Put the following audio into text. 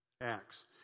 Acts